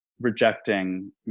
rejecting